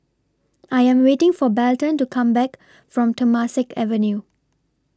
I Am waiting For Belton to Come Back from Temasek Avenue